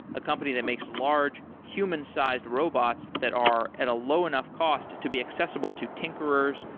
a company that makes large human-sized robots that are at a low enough cost to be accessible to tinkerers,